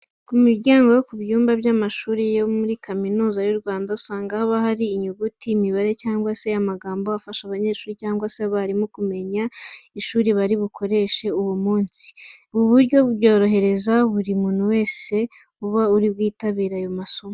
Ku miryango yo ku byumba by'amashuri yo muri Kaminuza y'u Rwanda, usanga haba hari inyuguti, imibare cyangwa se amagambo afasha abanyeshuri cyangwa se abarimu kumenya ishuri bari bukoreshe uwo munsi. Ubu buryo byorohereza buri muntu wese uba ari bwitabire ayo masomo.